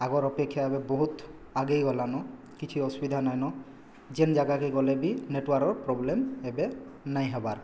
ଆଗର ଅପେକ୍ଷା ଏବେ ବହୁତ ଆଗେଇ ଗଲାନ କିଛି ଅସୁବିଧା ନାଇଁନ ଯେନ୍ ଜାଗାକେ ଗଲେ ବି ନେଟୱାର୍କ୍ର ପ୍ରୋବ୍ଲେମ୍ ଏବେ ନାଇଁ ହେବାର୍